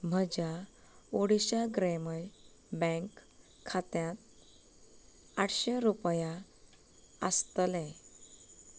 म्हज्या ओडिशा ग्राम्य बँक खात्यांत आठशे रुपया आसतले